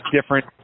different